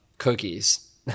cookies